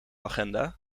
agenda